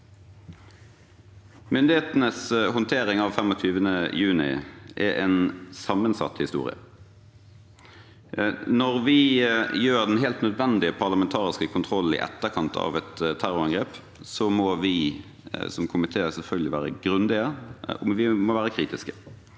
Myndighetenes håndtering av 25. juni er en sammensatt historie. Når vi gjør den helt nødvendige parlamentariske kontrollen i etterkant av et terrorangrep, må vi som komité selvfølgelig være grundige, og vi må være kritiske.